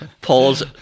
pause